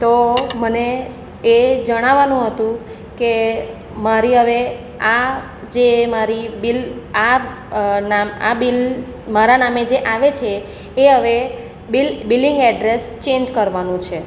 તો મને એ જણાવવાનું હતું કે મારી હવે આ જે મારી બિલ આ નામ આ બિલ મારા નામે જે આવે છે એ હવે બિલ બિલિંગ એડ્રેસ ચેન્જ કરવાનું છે